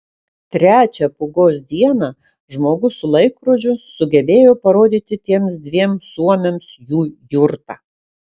trečią pūgos dieną žmogus su laikrodžiu sugebėjo parodyti tiems dviem suomiams jų jurtą